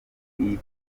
iyi